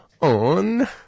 on